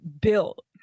built